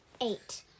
Eight